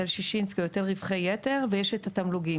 היטל שישינסקי או היטל רווחי יתר ויש את התמלוגים.